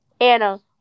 Anna